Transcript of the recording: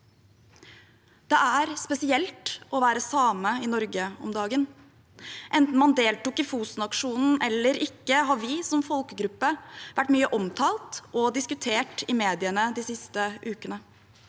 «Det er spesielt å være same i Norge om dagen. Enten man deltok i Fosen-aksjonen, eller ikke, så har vi, som folkegruppe, vært mye omtalt og diskutert i mediene de siste ukene.